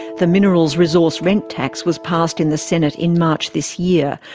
the minerals resource rent tax was passed in the senate in march this year,